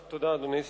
תודה, אדוני.